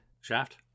Shaft